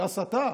זו הסתה?